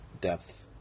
depth